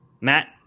Matt